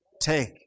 Take